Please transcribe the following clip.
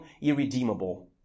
irredeemable